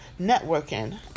networking